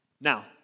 Now